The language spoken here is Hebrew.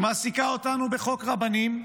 מעסיקה אותנו בחוק רבנים,